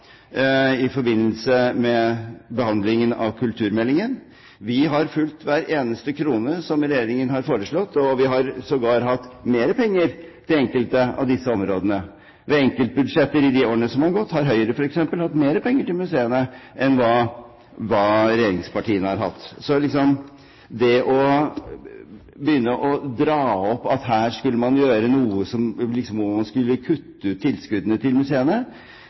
i forbindelse med behandlingen av kulturmeldingen. Vi har støttet hver eneste krone som regjeringen har foreslått. Vi har sågar hatt mer penger til enkelte av disse områdene. Ved enkeltbudsjetter i de årene som har gått, har Høyre f.eks. hatt mer penger til museene enn det regjeringspartiene har hatt. Så det å begynne å dra opp her at man liksom skal kutte ut tilskuddene til museene,